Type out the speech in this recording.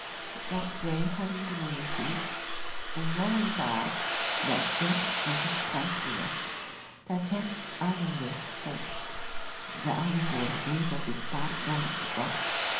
dat zij hadden kunnen missen en wel een paard dat zich met het gras voedde dat het aan den weg vond de oude boer reed op dit paard naar de stad